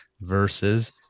versus